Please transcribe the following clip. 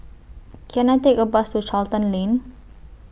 Can I Take A Bus to Charlton Lane